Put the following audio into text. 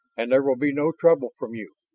and there will be no trouble from you.